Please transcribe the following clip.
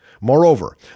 Moreover